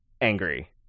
angry